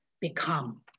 become